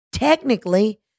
Technically